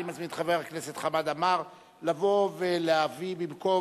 אני מזמין את חבר הכנסת חמד עמאר לבוא ולהביא במקום